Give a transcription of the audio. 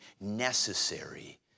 necessary